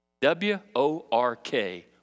W-O-R-K